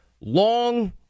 long